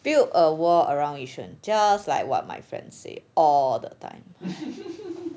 build a wall around yishun just like what my friend say all the time